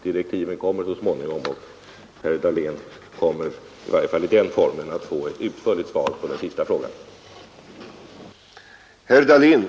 Direktiven presenteras ju så småningom, och herr Dahlén kommer att i den formen få ett utförligt svar på i varje fall den sista frågan.